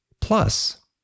Plus